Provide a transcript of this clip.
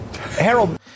Harold